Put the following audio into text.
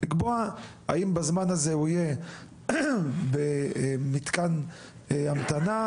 לקבוע האם בזמן הזה הוא יהיה במתקן המתנה,